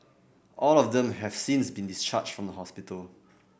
all of them have since been discharged from the hospital